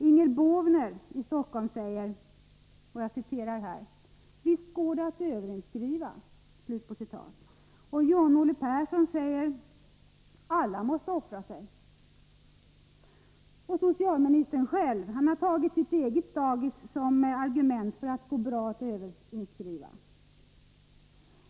Inger Båvner i Stockholm säger: ”Visst går det att överinskriva.” Och John-Olle Persson säger: ”Alla måste offra sig.” Socialministern själv har tagit sitt eget dagis som argument för att det går bra att överinskriva.